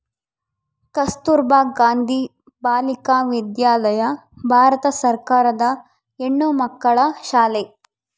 ಕಸ್ತುರ್ಭ ಗಾಂಧಿ ಬಾಲಿಕ ವಿದ್ಯಾಲಯ ಭಾರತ ಸರ್ಕಾರದ ಹೆಣ್ಣುಮಕ್ಕಳ ಶಾಲೆ